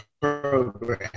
program